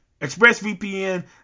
ExpressVPN